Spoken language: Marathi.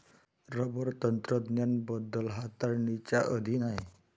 रबर तंत्रज्ञान बदल हाताळणीच्या अधीन आहे